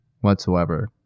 whatsoever